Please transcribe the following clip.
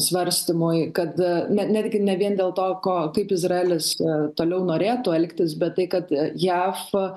svarstymui kad ne netgi ne vien dėl to ko kaip izraelis toliau norėtų elgtis bet tai kad jav